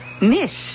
Miss